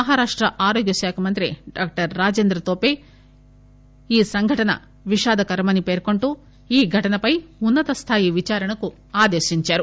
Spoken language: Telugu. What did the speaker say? మహారాష్ట్ర ఆరోగ్య శాఖ మంత్రి డాక్టర్ రాజేంద్ర తోపే ఈ సంఘటన విషాదకరమని పేర్కొంటూ ఈ ఘటనపై ఉన్నత స్థాయి విచారణకు ఆదేశించారు